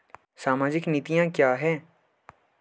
सामाजिक नीतियाँ क्या हैं?